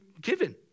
given